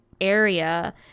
area